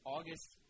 August